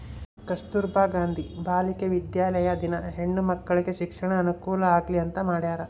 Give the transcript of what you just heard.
ಕಸ್ತುರ್ಭ ಗಾಂಧಿ ಬಾಲಿಕ ವಿದ್ಯಾಲಯ ದಿನ ಹೆಣ್ಣು ಮಕ್ಕಳಿಗೆ ಶಿಕ್ಷಣದ ಅನುಕುಲ ಆಗ್ಲಿ ಅಂತ ಮಾಡ್ಯರ